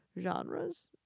genres